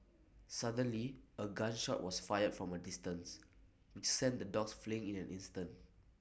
suddenly A gun shot was fired from A distance which sent the dogs fleeing in an instant